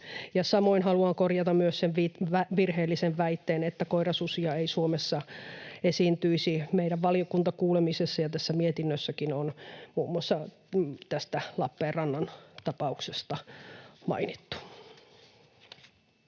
Samoin haluan korjata myös sen virheellisen väitteen, että koirasusia ei Suomessa esiintyisi. Meidän valiokuntakuulemisessa ja tässä mietinnössäkin on muun muassa tästä Lappeenrannan tapauksesta mainittu.